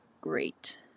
great